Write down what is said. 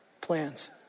plans